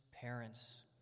parents